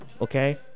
okay